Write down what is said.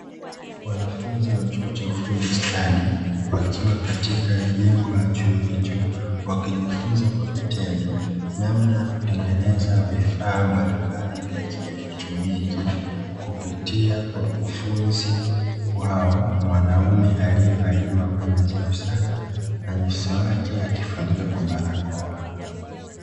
Wanafunzi wa chuo cha ufundi stadi, wakiwa katika jengo la chuo hicho, wakijifunza kwa vitendo namna ya kutengeneza vifaa mbalimbali vya kielektroniki; kupitia kwa mkufunzi wao, mwanaume aliyevalia mavazi nadhifu sana na nyuso yake akifunika kwa barakoa.